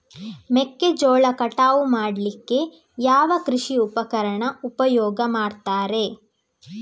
ಮೆಕ್ಕೆಜೋಳ ಕಟಾವು ಮಾಡ್ಲಿಕ್ಕೆ ಯಾವ ಕೃಷಿ ಉಪಕರಣ ಉಪಯೋಗ ಮಾಡ್ತಾರೆ?